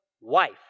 wife